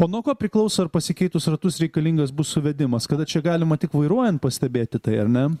o nuo ko priklauso ar pasikeitus ratus reikalingas bus suvedimas kada čia galima tik vairuojant pastebėti tai ar ne